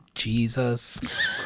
Jesus